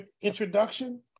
introduction